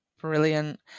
Brilliant